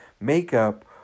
makeup